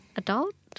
adult